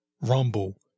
rumble